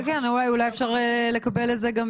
אולי אפשר לקבל על זה גם